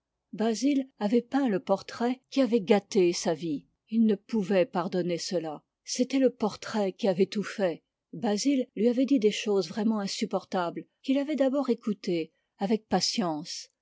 basil avait peint le portrait qui avait gâté sa vie il ne pouvait pardonner cela c'était le portrait qui avait tout fait basil lui avait dit des choses vraiment insupportables qu'il avait d'abord écoutées avec patience